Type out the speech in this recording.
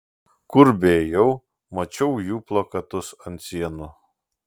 kur beėjau mačiau jų plakatus ant sienų